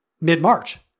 mid-March